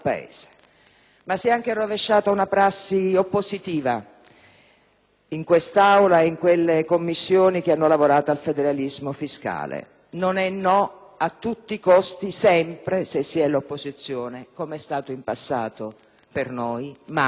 in quest'Aula e in quelle Commissioni che hanno lavorato al federalismo fiscale. Non è «no» a tutti costi, sempre, se si è all'opposizione, com'è stato in passato per noi, ma anche, identicamente, per voi nella scorsa legislatura.